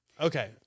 Okay